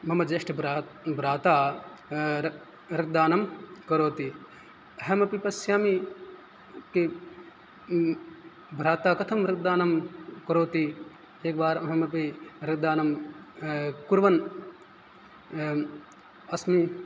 मम ज्येष्ठभ्रा भ्राता रक् रक्तदानं करोति अहमपि पश्यामि कि भ्राता कथं रक्तदानं करोति एकवारम् अहमपि रक्तदानं कुर्वन् अस्मि